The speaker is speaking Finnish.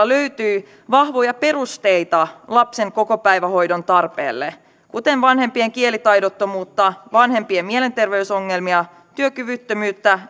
löytyy vahvoja perusteita lapsen kokopäivähoidon tarpeelle kuten vanhempien kielitaidottomuutta vanhempien mielenterveysongelmia työkyvyttömyyttä